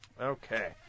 Okay